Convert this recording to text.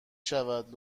شود